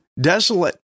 desolate